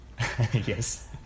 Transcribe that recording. Yes